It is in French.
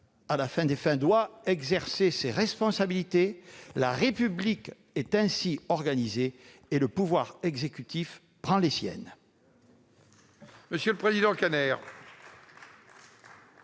À la fin des fins, chacun doit exercer ses responsabilités- la République est ainsi organisée -et le pouvoir exécutif prend les siennes.